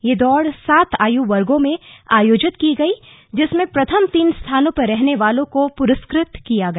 यह दौड़ सात आय़ वर्गो में आयोजित की गई जिसमें प्रथम तीन स्थानों पर रहने वालों को पुरस्कृत किया गया